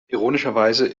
ironischerweise